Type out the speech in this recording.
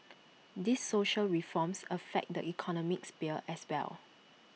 these social reforms affect the economic sphere as well